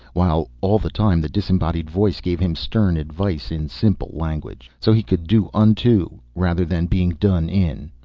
while all the time the disembodied voice gave him stern advice in simple language. so he could do unto, rather than being done in.